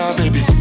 baby